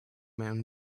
man